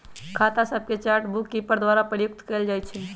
खता सभके chart bookkeeper द्वारा प्रयुक्त कएल जाइ छइ